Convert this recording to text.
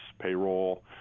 payroll